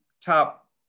top